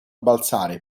balzare